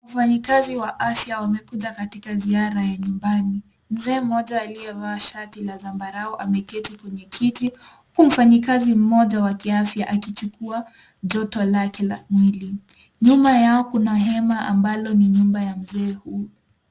Wafanyikazi wa afya wamekuja katika ziara ya nyumbani. Mzee mmoja aliyevaa shati la zambarau ameketi kwenye kiti huku mfanyikazi mmoja wa kiafya akichukua joto lake la mwili. Nyuma yao kuna hema ambalo ni nyumba ya mzee huyu.